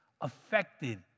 affected